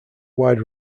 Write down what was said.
wide